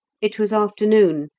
it was afternoon,